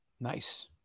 Nice